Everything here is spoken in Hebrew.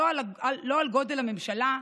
לא על גודל הממשלה,